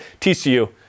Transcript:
TCU